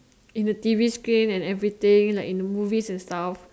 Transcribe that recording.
in the T_V screen and everything like in the movies and stuff